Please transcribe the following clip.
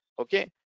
Okay